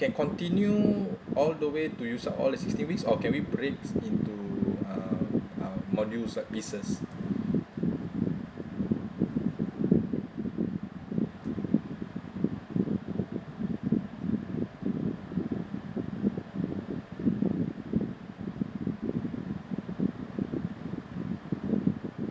can continue all the way to use up all the sixteen weeks or we can put it into um um modules like pieces